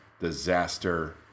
disaster